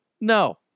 No